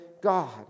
God